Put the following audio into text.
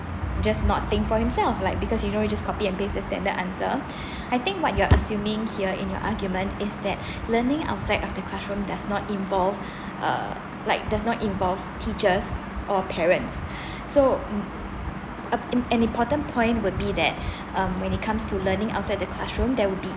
just not think for himself like because you know you just copy and paste the standard answer I think what you are assuming here in your argument is that learning outside of the classroom does not involve uh like does not involve teachers or parents so mm up an important point would be that um when it comes to learning outside the classroom there would be